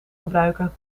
gebruiken